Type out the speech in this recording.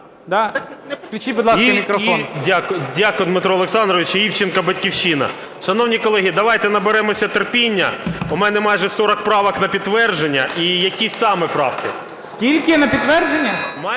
Дякую, Дмитро Олександрович. Івченко, "Батьківщина". Шановні колеги, давайте наберемося терпіння, у мене майже 40 правок – на підтвердження. І які саме правки? ГОЛОВУЮЧИЙ. Скільки на підтвердження?